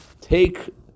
Take